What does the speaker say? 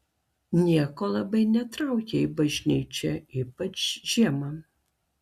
nieko labai netraukia į bažnyčią ypač žiemą